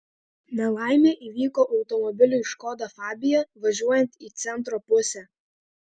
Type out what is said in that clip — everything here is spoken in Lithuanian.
nelaimė įvyko automobiliui škoda fabia važiuojant į centro pusę